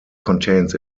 contains